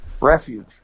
refuge